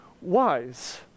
wise